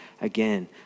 again